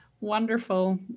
Wonderful